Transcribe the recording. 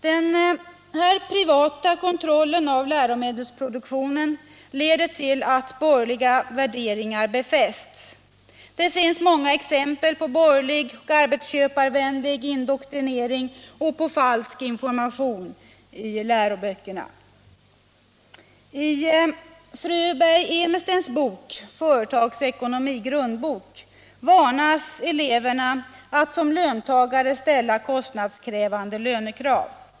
Den privata kontrollen av läromedelsproduktionen leder till att de borgerliga värderingarna befästs. Det finns många exempel på borgerlig och arbetsköparvänlig indoktrinering och på falsk information i läroböckerna. I Fröberg-Emestens bok Företagsekonomi, Grundbok varnas eleverna att som löntagare ställa kostnadskrävande lönekrav.